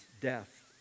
death